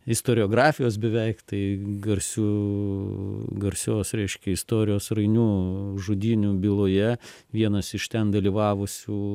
istoriografijos beveik tai garsių garsios reiškia istorijos rainių žudynių byloje vienas iš ten dalyvavusių